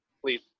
please